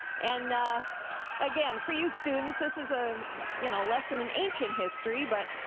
and again, for you students, this is a you know lesson in ancient history but